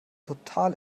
total